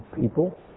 people